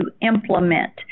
implement